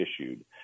issued